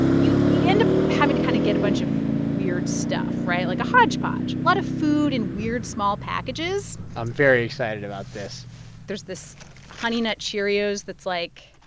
you you end up having to kind of get a bunch of weird stuff, right? like a hodgepodge lot of food and weird, small packages i'm very excited about this there's this honey nut cheerios that's like.